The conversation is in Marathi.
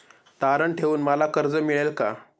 तारण ठेवून मला कर्ज मिळेल का?